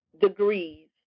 degrees